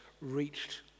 reached